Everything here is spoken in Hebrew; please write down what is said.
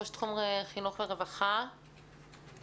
ראש תחום חינוך ורווחה במרכז המועצות האזוריות,